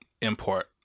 import